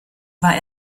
war